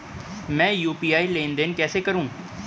मैं यू.पी.आई लेनदेन कैसे करूँ?